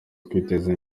twiteze